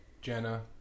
Jenna